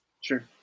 sure